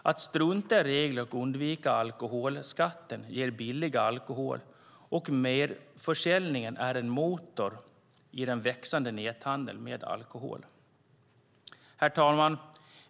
Att strunta i regler och undvika alkoholskatten ger billig alkohol, och merförsäljningen är en motor i den växande näthandeln med alkohol. Herr talman!